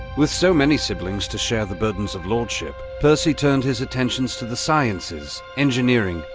with so many siblings to share the burdens of lordship, percy turned his attentions to the sciences, engineering,